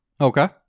Okay